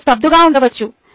మీరు స్తబ్దుగా ఉండవచ్చు